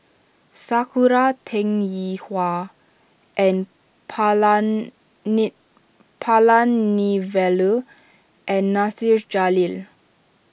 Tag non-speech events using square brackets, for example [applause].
Sakura Teng Ying Hua N [unintelligible] Palanivelu and Nasir Jalil